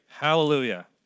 Hallelujah